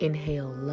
Inhale